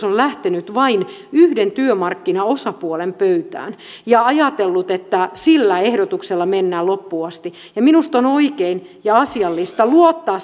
on lähtenyt vain yhden työmarkkinaosapuolen pöytään ja ajatellut että sillä ehdotuksella mennään loppuun asti minusta on oikein ja asiallista luottaa